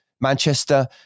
Manchester